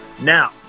Now